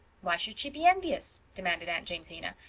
why should she be envious? demanded aunt jamesina.